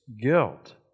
guilt